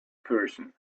person